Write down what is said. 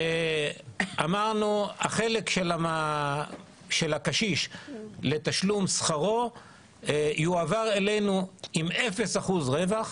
אמרנו שהחלק של הקשיש לתשלום שכרו יועבר אלינו עם אפס אחוז רווח,